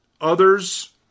Others